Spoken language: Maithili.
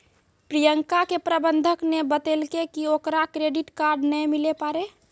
प्रियंका के प्रबंधक ने बतैलकै कि ओकरा क्रेडिट कार्ड नै मिलै पारै